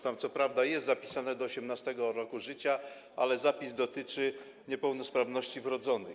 Tam co prawda jest zapisane: do 18. roku życia, ale zapis dotyczy niepełnosprawności wrodzonej.